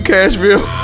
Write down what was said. Cashville